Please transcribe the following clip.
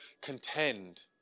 contend